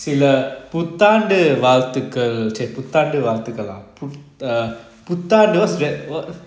இல்ல புத்தாண்டு வாழ்த்துக்கள் சா புத்தாண்டு வாழ்த்துக்களை புத்தாண்டு:illa puthandu valthukal chaa puthaandu valthukala puthaandu